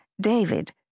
David